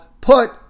put